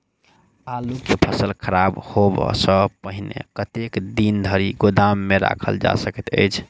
आलु केँ फसल खराब होब सऽ पहिने कतेक दिन धरि गोदाम मे राखल जा सकैत अछि?